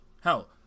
Hell